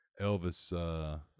Elvis